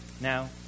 Now